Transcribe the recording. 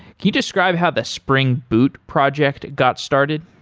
you describe how the spring boot project got started?